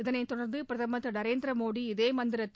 இதளை தொடர்ந்து பிரதமர் திரு நரேந்திர மோடி இதே மந்திரத்தை